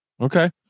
Okay